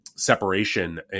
separation